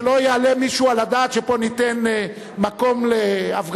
שלא יעלה מישהו על הדעת שפה ניתן מקום להפגנות.